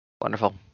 Wonderful